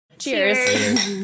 Cheers